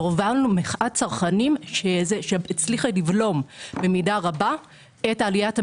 והובלנו מחאת צרכנים שהצליחה לבלום במידה רבה את עליית המחירים.